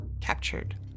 captured